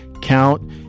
count